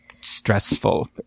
stressful